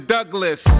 Douglas